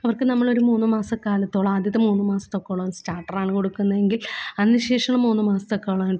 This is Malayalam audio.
അവർക്ക് നമ്മളൊരു മൂന്ന് മാസക്കാലത്തോളം ആദ്യത്തെ മൂന്ന് മാസത്തെക്കോളം സ്റ്റാർട്ടറാണ് കൊടുക്കുന്നതെങ്കിൽ അതിന് ശേഷം മൂന്ന് മാസത്തോളം